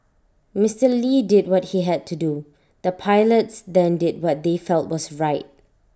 Mister lee did what he had to do the pilots then did what they felt was right